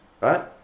right